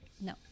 No